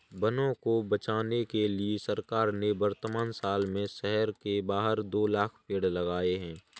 वनों को बचाने के लिए सरकार ने वर्तमान साल में शहर के बाहर दो लाख़ पेड़ लगाए हैं